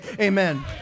amen